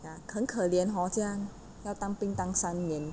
ya 很可怜 hor 这样要当兵当三年